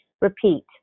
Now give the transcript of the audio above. Repeat